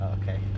okay